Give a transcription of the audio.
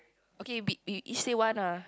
okay be we each say one ah